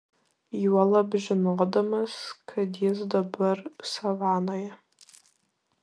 juolab žinodamas kad jis dabar savanoje